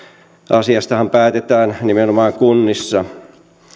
asiastahan päätetään nimenomaan kunnissa